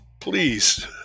please